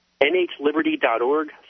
NHLiberty.org